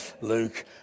Luke